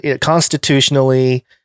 constitutionally